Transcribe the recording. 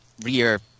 rear